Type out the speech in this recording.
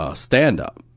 ah standup.